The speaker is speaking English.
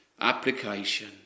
Application